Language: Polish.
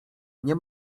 nie